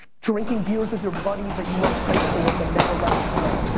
drinking beers with your buddies that you went to high school with and never left town.